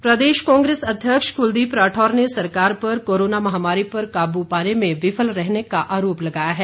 राठौर प्रदेश कांग्रेस अध्यक्ष कुलदीप राठौर ने सरकार पर कोरोना महामारी पर काबू पाने में विफल रहने का आरोप लगाया है